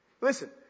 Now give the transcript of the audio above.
Listen